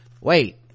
wait